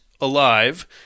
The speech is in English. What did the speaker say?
alive